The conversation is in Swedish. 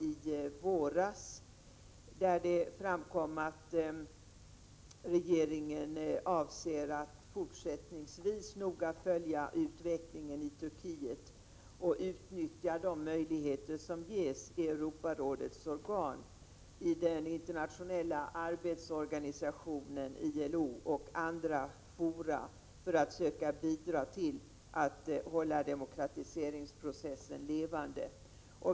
Av detta svar framgår att regeringen avser att fortsättningsvis noga följa utvecklingen i Turkiet och utnyttja de möjligheter som ges i Europarådets organ, i den internationella arbetsorganisationen ILO och i andra fora för att söka bidra till att hålla demokratiseringsprocessen levande.